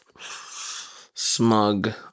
smug